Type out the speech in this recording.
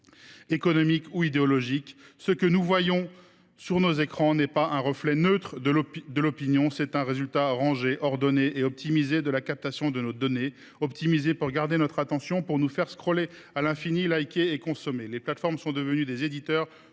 économiques ou idéologiques. Ce que nous voyons sur nos écrans n’est pas un reflet neutre de l’opinion, mais un résultat rangé, ordonné et optimisé de la captation de nos données : optimisé pour garder notre attention, pour nous faire « scroller » à l’infini, « liker » et consommer. Les plateformes sont devenues des éditeurs